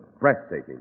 breathtaking